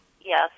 yes